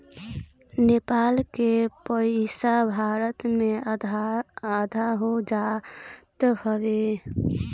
नेपाल के पईसा भारत में आधा हो जात हवे